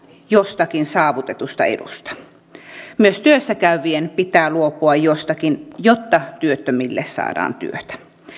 jostakin saavutetusta edusta myös työssä käyvien pitää luopua jostakin jotta työttömille saadaan työtä